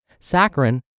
saccharin